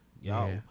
y'all